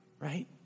right